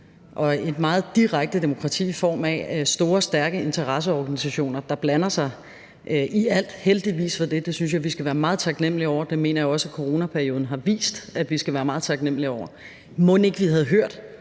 og et meget direkte demokrati i form af store og stærke interesseorganisationer, der blander sig i alt, heldigvis for det, det synes jeg vi skal være meget taknemlige over. Jeg mener også, at coronaperioden har vist, at vi skal være meget taknemlige over det. Mon ikke vi havde hørt